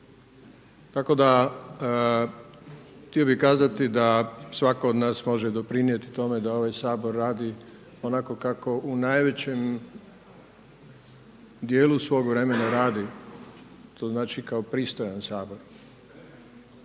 Tako da htio bih kazati da svako od nas može doprinijeti tome da ovaj Sabor radi onako kako u najvećem dijelu svog vremena rada, to znači kao pristojan Sabor,